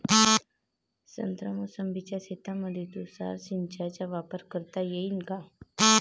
संत्रा मोसंबीच्या शेतामंदी तुषार सिंचनचा वापर करता येईन का?